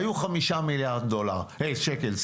היו 5 מיליארד שקל.